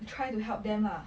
try to help them lah